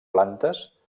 plantes